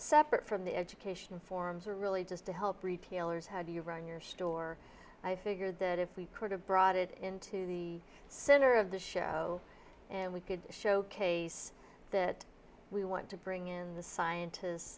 separate from the education forms are really just to help repeal or how do you run your store i figured that if we could have brought it into the center of the show and we could showcase that we want to bring in the scientists